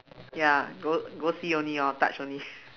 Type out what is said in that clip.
ya go go see only lor touch only